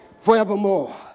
forevermore